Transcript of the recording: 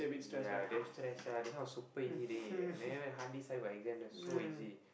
ya damn stress sia this one was super easy dey I never even hardly study for exam that's so easy